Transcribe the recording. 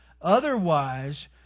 Otherwise